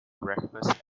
breakfast